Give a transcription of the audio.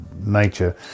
nature